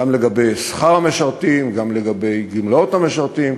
גם לגבי שכר המשרתים, גם לגבי גמלאות המשרתים,